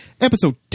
episode